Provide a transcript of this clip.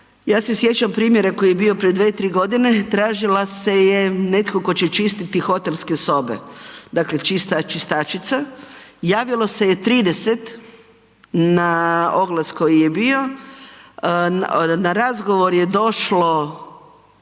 ja se sjećam primjera koji je bio pred 2, 3 godine, tražila se je, netko tko će čistiti hotelske sobe, dakle čistač/čistačica. Javilo se je 30 na oglas koji je bio, na razgovor je došlo